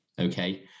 Okay